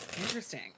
Interesting